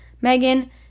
Megan